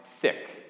thick